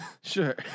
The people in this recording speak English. Sure